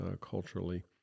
culturally